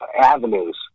avenues